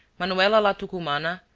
manuela la tucumana,